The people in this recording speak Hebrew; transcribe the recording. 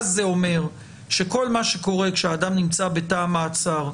אז זה אומר שכל מה שקורה כאשר אדם נמצא בתא המעצר,